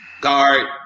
Guard